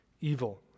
evil